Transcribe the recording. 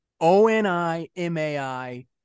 O-N-I-M-A-I